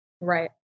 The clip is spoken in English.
Right